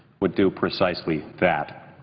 would do precisely that.